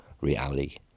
reality